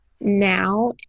now